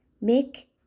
Make